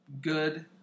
good